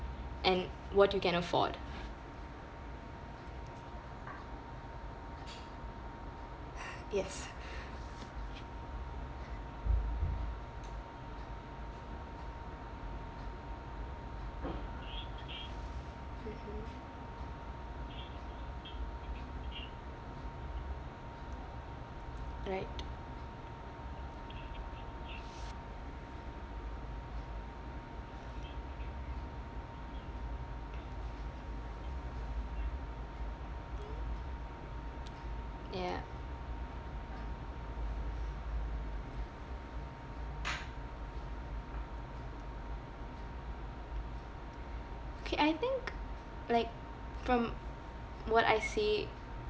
and what you can afford yes mmhmm right ya okay I think like from what I see